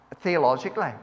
theologically